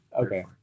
Okay